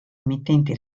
emittenti